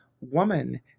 woman